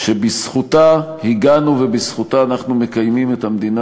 שבזכותה הגענו ובזכותה אנחנו מקיימים את המדינה